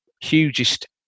hugest